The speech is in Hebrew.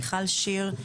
מיכל שיר,